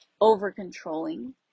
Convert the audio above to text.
over-controlling